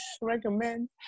recommend